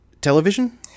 Television